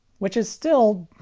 which is still,